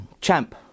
champ